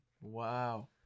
Wow